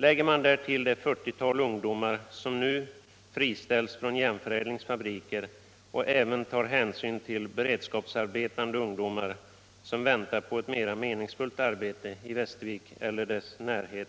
Lägger man därtill det fyrtiotal ungdomar som nu friställts från Järnförädlings fabriker och även tar hänsyn till beredskapsarbetande ungdomar, som väntar på ett mera meningsfullt arbete i Västervik eller dess närhet,